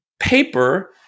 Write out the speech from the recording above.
paper